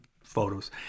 photos